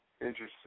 Interesting